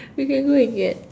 you can go and get